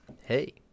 Hey